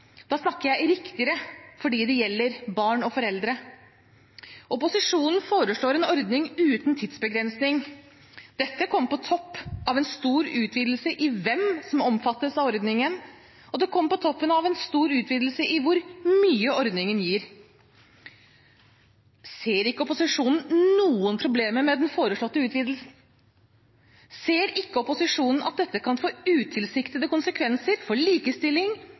Da mener jeg riktige for dem det gjelder: barna og foreldrene. Opposisjonen foreslår en ordning uten tidsbegrensning. Dette kommer på toppen av en stor utvidelse av hvem som omfattes av ordningen, og det kommer på toppen av en stor utvidelse av hvor mye ordningen gir. Ser ikke opposisjonen noen problemer med den foreslåtte utvidelsen? Ser ikke opposisjonen at dette kan få utilsiktede konsekvenser for likestilling,